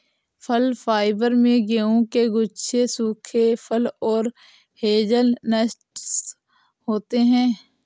फल फाइबर में गेहूं के गुच्छे सूखे फल और हेज़लनट्स होते हैं